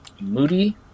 Moody